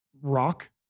rock